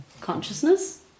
Consciousness